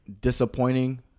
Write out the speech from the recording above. disappointing